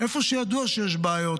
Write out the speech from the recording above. איפה שידוע שיש בעיות,